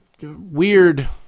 weird